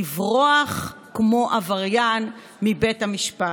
לברוח כמו עבריין מבית המשפט,